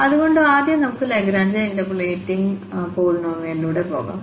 അതുകൊണ്ട്ആദ്യം നമുക്ക് Lagrange interpolating polynomial ലൂടെ പോകാം